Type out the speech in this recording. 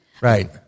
Right